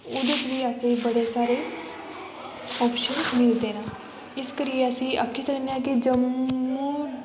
उ'दे च बी असें ई बड़े सारे ऑप्शन मिलदे न इस करियै असें ई आखी सकने आं कि जम्मू